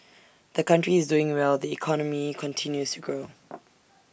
the country is doing well the economy continues grow